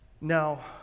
Now